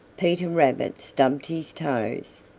peter rabbit stubbed his toes.